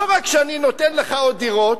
לא רק שאני נותן לך עוד דירות,